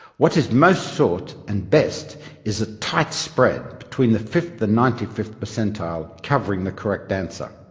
what is most sought and best is a tight spread between the fifth and ninety fifth percentile covering the correct answer.